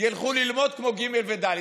ילכו ללמוד, כמו ג' וד'.